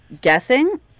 guessing